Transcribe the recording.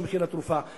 ממחיר התרופה.